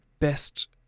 best